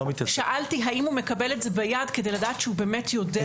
שאלתי האם הוא מקבל את ההרחקה ביד כדי לדעת שהוא באמת יודע.